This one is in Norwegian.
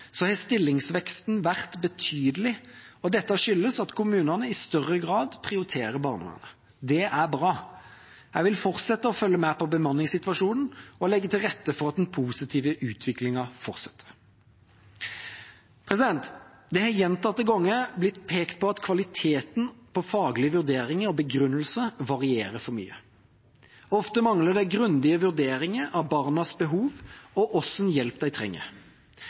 har stillingsveksten vært betydelig, og det skyldes at kommunene i større grad prioriterer barnevernet. Det er bra. Jeg vil fortsette å følge med på bemanningssituasjonen og legge til rette for at den positive utviklingen fortsetter. Det har gjentatte ganger blitt pekt på at kvaliteten på faglige vurderinger og begrunnelser varierer for mye. Ofte mangler det grundige vurderinger av barnas behov og hva slags hjelp de trenger.